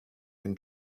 can